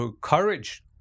courage